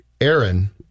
Aaron